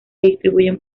distribuyen